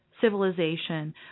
civilization